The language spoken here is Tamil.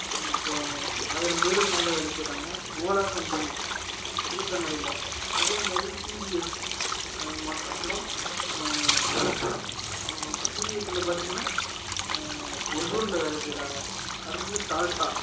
ஆயிரம் பேரு மேல் வேலை செய்கிறாங்க ஓலா கம்பெனி ஊத்தங்கரையில் அதேமாதிரி டிவிஎஸ் அப்புறம் டிவிஎஸ்ஸில் பார்த்திங்கனா ஒசூரில் வேலை செய்கிறாங்க அடுத்து வந்து டால்டா